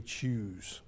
choose